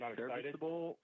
serviceable